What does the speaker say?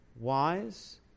wise